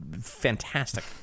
fantastic